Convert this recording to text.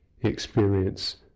experience